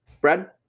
Brad